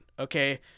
okay